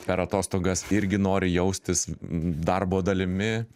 per atostogas irgi nori jaustis darbo dalimi